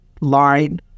line